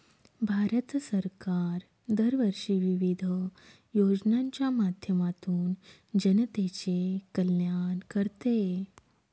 भारत सरकार दरवर्षी विविध योजनांच्या माध्यमातून जनतेचे कल्याण करते